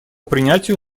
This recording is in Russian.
принятию